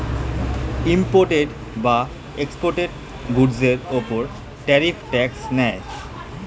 imported বা exported গুডসের উপর ট্যারিফ ট্যাক্স নেয়